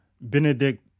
Benedict